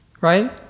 right